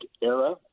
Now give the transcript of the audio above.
era